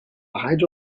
hydro